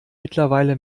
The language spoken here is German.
mittlerweile